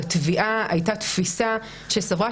לתביעה הייתה תפיסה שסברה,